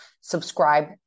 Subscribe